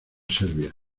serbia